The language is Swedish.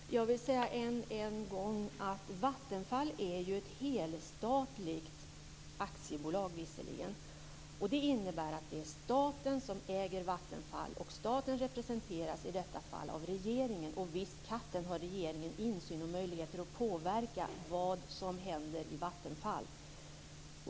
Fru talman! Jag vill säga än en gång att Vattenfall ju är helstatligt, även om det är ett aktiebolag. Det innebär att det är staten som äger Vattenfall, och staten representeras i detta fall av regeringen. Visst katten har regeringen insyn och möjligheter att påverka vad som händer i Vattenfall!